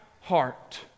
heart